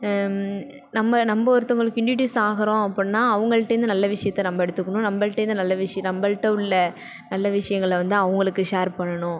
நம்ம நம்ம ஒருத்தவங்களுக்கு இன்டிடியூஸ் ஆகுறோம் அப்புடின்னா அவங்கள்டேந்து நல்ல விஷயத்த நம்ம எடுத்துக்கணும் நம்மள்டேந்து நல்ல விஷயம் நம்மள்ட உள்ள நல்ல விஷயங்கள வந்து அவங்களுக்கு ஷேர் பண்ணணும்